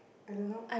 I don't know